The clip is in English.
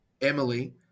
Emily